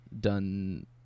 done